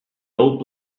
old